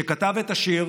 שכתב את השיר